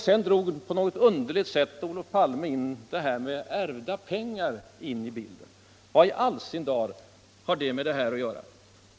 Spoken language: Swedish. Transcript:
Sedan drog Olof Palme plötsligt in ärvda pengar i bilden. Vad i all sin dar har det med det här att göra?